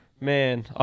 Man